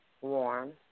warm